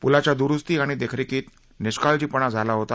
प्लाच्या द्रुस्ती आणि देखरेखीत निष्काळजीपणा झाला होता